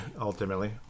ultimately